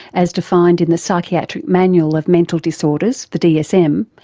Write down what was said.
as defined in the psychiatric manual of mental disorders, the dsm,